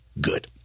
good